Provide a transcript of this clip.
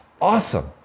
Awesome